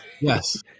yes